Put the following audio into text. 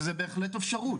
וזו בהחלט אפשרית,